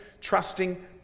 trusting